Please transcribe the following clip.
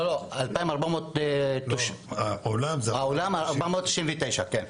האולם 499, כן.